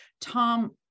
Tom